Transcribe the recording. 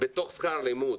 בתוך שכר הלימוד,